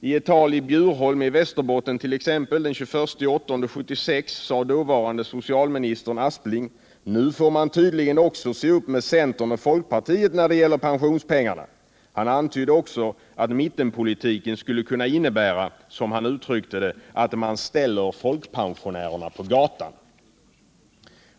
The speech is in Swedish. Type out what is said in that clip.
I ett tal i Bjurholm i Västerbotten den 21 augusti 1976 sade dåvarande socialministern Aspling: ”Nu får man tydligen också se upp med centern och folkpartiet när det gäller pensionspengarna.” Han antydde också att mittenpolitiken skulle kunna innebära, som han uttryckte det, att man ”ställer folkpensionärerna på gatan”.